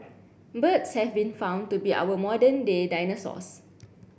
birds have been found to be our modern day dinosaurs